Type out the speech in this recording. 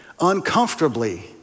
Uncomfortably